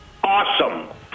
Awesome